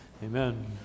Amen